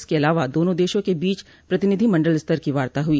इसके अलावा दोनों देशों के बीच प्रतिनिधिमंडल स्तर की वार्ता हुई